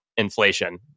Inflation